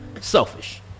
selfish